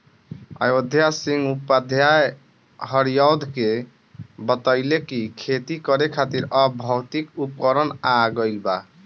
अयोध्या सिंह उपाध्याय हरिऔध के बतइले कि खेती करे खातिर अब भौतिक उपकरण आ गइल बा